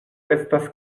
estas